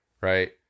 Right